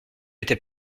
étais